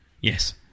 Yes